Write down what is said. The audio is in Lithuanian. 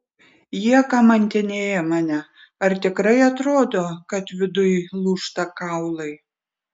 jie kamantinėja mane ar tikrai atrodo kad viduj lūžta kaulai